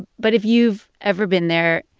but if you've ever been there,